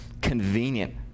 convenient